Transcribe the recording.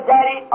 Daddy